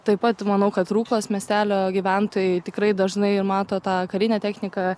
taip pat manau kad ruklos miestelio gyventojai tikrai dažnai ir mato tą karinę techniką